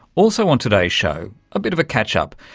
also on today's show, a bit of a catch-up.